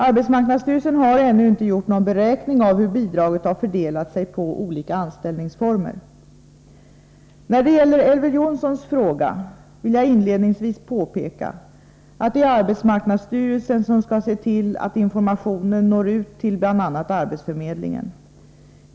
Arbetsmarknadsstyrelsen har ännu inte gjort någon beräkning av hur bidraget har fördelat sig på olika anställningsformer. När det gäller Elver Jonssons fråga vill jag inledningsvis påpeka att det är arbetsmarknadsstyrelsen som skall se till att informationen når ut till bl.a. arbetsförmedlingen.